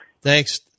Thanks